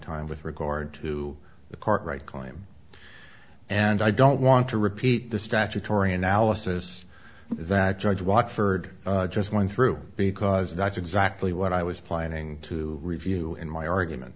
time with regard to the cartwright claim and i don't want to repeat the statutory analysis that judge walk for it just went through because that's exactly what i was planning to review in my argument